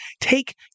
take